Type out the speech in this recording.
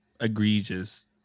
egregious